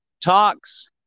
talks